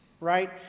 right